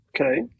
okay